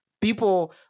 People